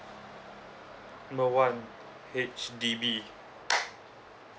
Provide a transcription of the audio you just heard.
number one H_D_B